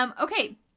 Okay